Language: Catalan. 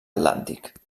atlàntic